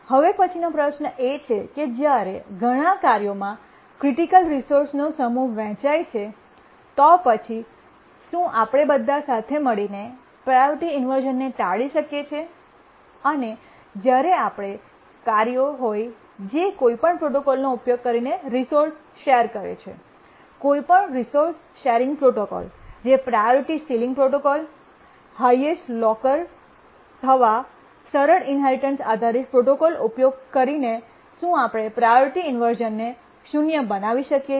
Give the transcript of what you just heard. હવે પછીનો પ્રશ્ન એ છે કે જ્યારે ઘણા કાર્યોમાં ક્રિટિકલ રિસોર્સનો સમૂહ વહેંચાય છે તો પછી શું આપણે બધા સાથે મળીને પ્રાયોરિટી ઇન્વર્શ઼ન ટાળી શક્યે છે અને જ્યારે આપણે કાર્યો હોય જે કોઈ પણ પ્રોટોકોલ નો ઉપયોગ કરી રિસોર્સ શેર કરે છે કોઈ પણ રિસોર્સ શેરીંગ પ્રોટોકોલ જે પ્રાયોરિટી સીલીંગ પ્રોટોકોલહાયેસ્ટ લોકર થવા સરળ ઇન્હેરિટન્સ આધારિત પ્રોટોકોલ નો ઉપયોગ કરી ને શું આપણે પ્રાયોરિટી ઇન્વર્શ઼નને 0 બનાવી શકીએ છીએ